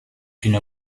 une